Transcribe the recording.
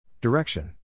Direction